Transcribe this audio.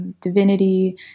Divinity